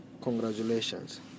Congratulations